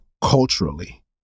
culturally